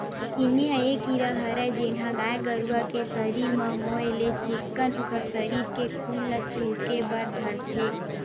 किन्नी ह ये कीरा हरय जेनहा गाय गरु के सरीर म होय ले चिक्कन उखर सरीर के खून ल चुहके बर धरथे